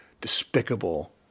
despicable